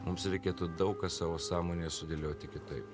mums reikėtų daug ką savo sąmonėje sudėlioti kitaip